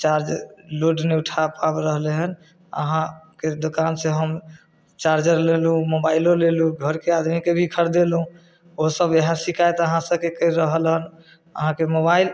आ charger load नहि उठा पाबि रहलै हन अहाँके दोकान से हम चार्जर लेलहुॅं मोबाइलो लेलहुॅं घरके आदमीके भी खरिदेलहुॅं ओसब इएह शिकायत अहाँ सबके करि रहल हँ अहाँके मोबाइल